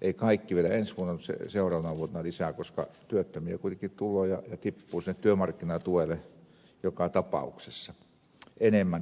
ei kaikki vielä ensi vuonna ja seuraavana vuotena lisää koska työttömiä kuitenkin tulee ja tippuu sinne työmarkkinatuelle joka tapauksessa enemmän kuin nyt